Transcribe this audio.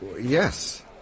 Yes